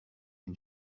une